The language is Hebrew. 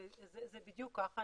זה בדיוק ככה.